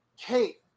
Kate